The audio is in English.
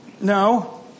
No